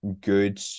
good